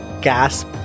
gasp